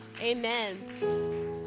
amen